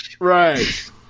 Right